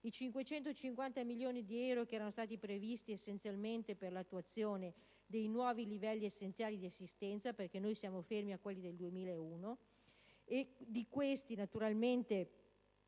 i 550 milioni di euro che erano stati previsti essenzialmente per l'attuazione dei nuovi livelli essenziali di assistenza (perché noi siamo fermi a quelli del 2001), che naturalmente